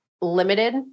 limited